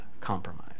compromise